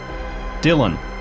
Dylan